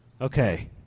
Okay